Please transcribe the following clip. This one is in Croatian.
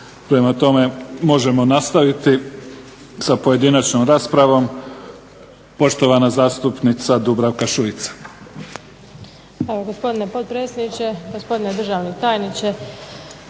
Prema tome možemo nastaviti sa pojedinačnom raspravom. Poštovana zastupnica Dubravka Šuica.